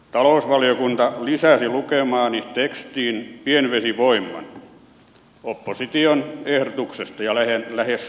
talousvaliokunta lisäsi lukemaani tekstiin pienvesivoiman opposition ehdotuksesta ja lähes yksimielisesti